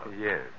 Yes